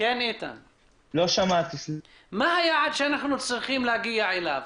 מה היעד שאנחנו צריכים להגיע אליו?